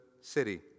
city